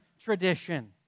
tradition